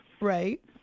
Right